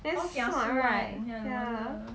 damn smart right ya